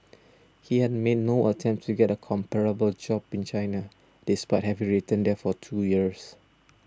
he had made no attempt to get a comparable job in China despite having returned there for two years